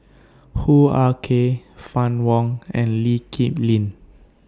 Hoo Ah Kay Fann Wong and Lee Kip Lin